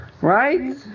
Right